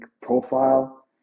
profile